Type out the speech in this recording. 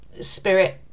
spirit